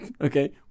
Okay